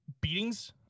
beatings